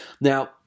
Now